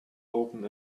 open